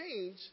change